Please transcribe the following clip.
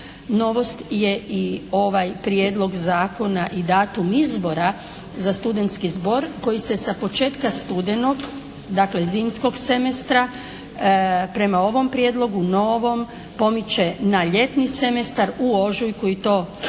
Novost je i ovaj prijedlog zakona i datum izbora za studentski zbor koji se sa početka studenog, dakle zimskog semestra prema ovom prijedlogu novom pomiče na ljetni semestar u ožujku i to u